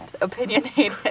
opinionated